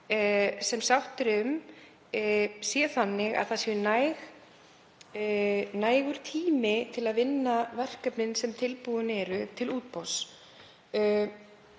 sem sátt er um sé þannig að nægur tími sé til að vinna verkefnin sem tilbúin eru til útboðs.